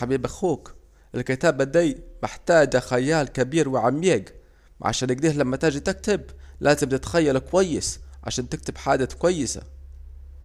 شوف يا حبيب اخوك، الكتابة دي محتاجة خيال كبير وعميج، عشان كده لازم لما تاجي تكتب تتخيل كويس عشان تكتب حاجات كويسة